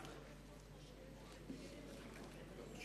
(חותם